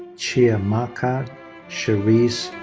chiamaka cherisse